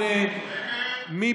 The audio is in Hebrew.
8, והיא